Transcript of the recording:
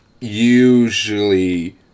usually